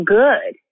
good